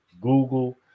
google